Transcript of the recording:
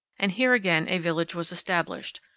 and here again a village was established,